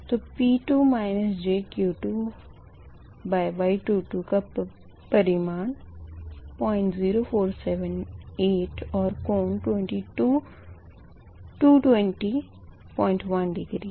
तो P2 jQ2Y22 का परिमाण 00478 और कोण 2201 डिग्री है